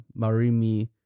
Marimi